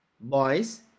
Boys